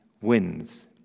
wins